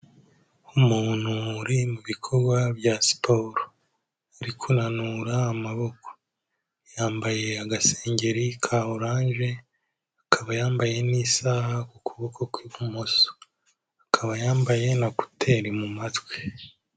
Umuntu uri mu bikorwa bya siporo, ari kunanura amaboko, yambaye agasengeri ka oranje, akaba yambaye n'isaha ku kuboko kw'ibumoso, akaba yambaye na kuteri mu mu matwi.